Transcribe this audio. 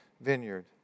vineyard